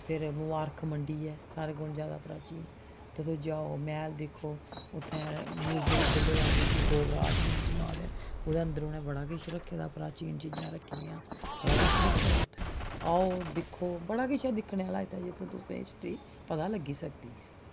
फ्ही मुबारक मंडी ऐ सारें कोला प्राचीन उत्थै तुस जाओ मैह्ल दिक्खो उत्थै म्यूजियम खु'ल्ले दा जिसी डोगरा आर्ट म्यूजियम आखदे न ओह्दे अंदर उ'नें बड़ा किश रक्खे दा प्राचीन चीजां रक्खी दियां बड़ा किश रक्खे दा उत्थै आओ दिक्खो बड़ा किश ऐ दिक्खने आह्ला इत्थै जित्थै तुसें हिस्ट्री पता लगी सकदी ऐ